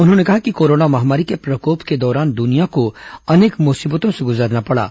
उन्होंने कहा कि कोरोना महामारी के प्रकोप के दौरान दुनिया को अनेक मुसीबतों से गुजरना पडा